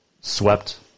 swept